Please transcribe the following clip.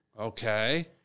Okay